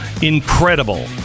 incredible